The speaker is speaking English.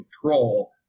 control